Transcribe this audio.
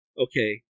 okay